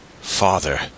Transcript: Father